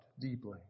deeply